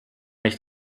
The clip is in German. nicht